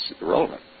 irrelevant